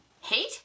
hate